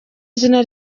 izina